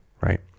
right